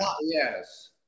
yes